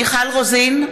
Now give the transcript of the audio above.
מיכל רוזין.